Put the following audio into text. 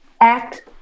act